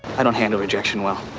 i don't handle rejection well.